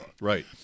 right